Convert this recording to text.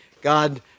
God